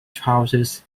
trousers